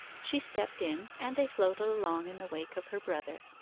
she stepped in, and they floated along in the wake of her brother.